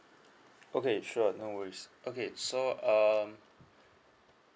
okay sure no worries okay so um